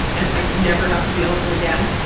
and i never have to deal with them again.